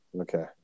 Okay